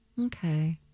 Okay